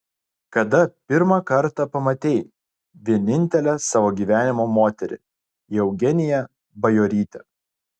kada pirmą kartą pamatei vienintelę savo gyvenimo moterį eugeniją bajorytę